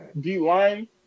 D-line